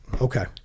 Okay